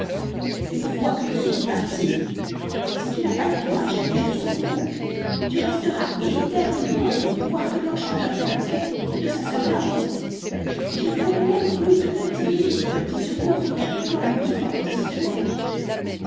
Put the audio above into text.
une fois que nous serons partis si tu n'as pas le courage d'aller jusqu'au bout tu resteras éternellement au pouvoir de l'enchanteur perroquet et de sa soeur la rose et je ne pourrai même plus te continuer les petits secours auxquels tu dois la vie pendant six semaines